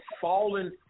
fallen